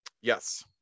Yes